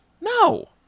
No